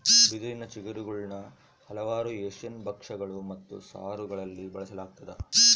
ಬಿದಿರಿನ ಚಿಗುರುಗುಳ್ನ ಹಲವಾರು ಏಷ್ಯನ್ ಭಕ್ಷ್ಯಗಳು ಮತ್ತು ಸಾರುಗಳಲ್ಲಿ ಬಳಸಲಾಗ್ತದ